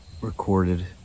Recorded